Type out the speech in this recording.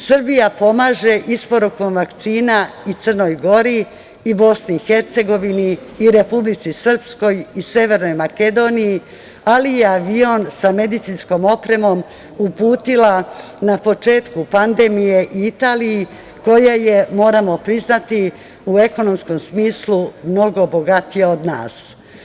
Srbija pomaže isporukom vakcina i Crnoj Gori i Bosni i Hercegovini i Republici Srpskoj i Severnoj Makedoniji ali je avion sa medicinskom opremom uputila na početku pandemije i Italiji koja je moramo priznati u ekonomskom smislu mnogo bogatija od nas.